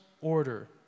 order